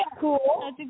Cool